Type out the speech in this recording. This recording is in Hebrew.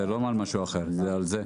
זה לא על משהו אחר, זה על זה.